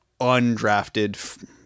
Undrafted